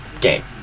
game